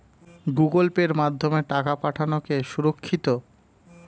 Google পের মাধ্যমে টাকা পাঠানোকে সুরক্ষিত?